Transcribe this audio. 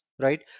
right